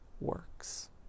works